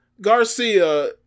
Garcia